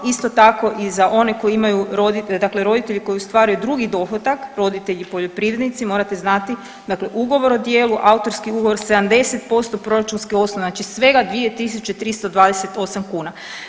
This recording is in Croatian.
Isto tako i za one koji imaju, dakle roditelji koji ostvaruju drugi dohodak, roditelji poljoprivrednici, morate znati dakle ugovor o djelu, autorski ugovor, 70% proračunske osnovice, znači svega 2.328 kuna.